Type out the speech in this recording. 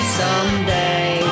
someday